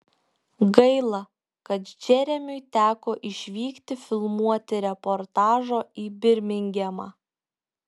gaila kad džeremiui teko išvykti filmuoti reportažo į birmingemą